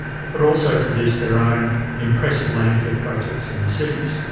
but also produced their own impressive landcare projects in the cities.